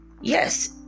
yes